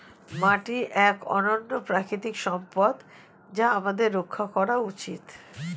মাটি এক অনন্য প্রাকৃতিক সম্পদ যা আমাদের রক্ষা করা উচিত